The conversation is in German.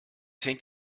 fängt